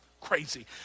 crazy